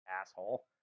Asshole